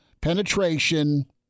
penetration